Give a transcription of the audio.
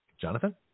Jonathan